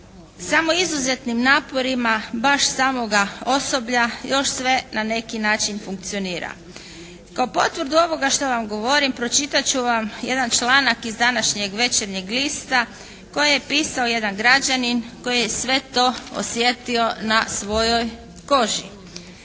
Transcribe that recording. Samo izuzetnim naporima baš samoga osoblja još sve na neki način funkcionira. Kao potvrdu ovoga što vam govorim pročitat ću vam jedan članak iz današnjeg Večernjeg lista koji je pisao jedan građanin koji je sve to osjetio na svojoj koži.